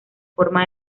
forma